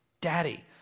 daddy